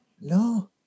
No